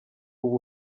uba